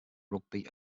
rugby